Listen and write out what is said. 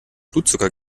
blutzucker